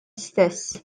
stess